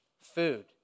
food